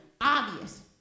obvious